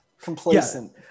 complacent